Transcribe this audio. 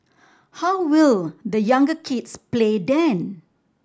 how will the younger kids play then